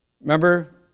Remember